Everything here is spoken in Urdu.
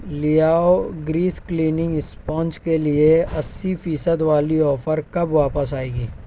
لیاؤ گریس کلیننگ اسپونچ کے لیے اسی فیصد والی آفر کب واپس آئے گی